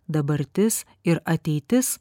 dabartis ir ateitis